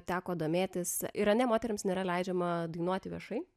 teko domėtis yra ne moterims nėra leidžiama dainuoti viešai